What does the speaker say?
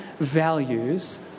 values